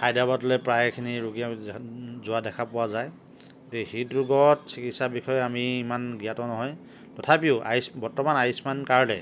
হায়দৰাবাদলৈ প্ৰায়খিনি ৰোগী যোৱা দেখা পোৱা যায় গতিকে হৃদৰোগত চিকিৎসা্ৰ বিষয়ে আমি ইমান জ্ঞাত নহয় তথাপিও আয়ুস্ বৰ্তমান আয়ুস্মান কাৰ্ডে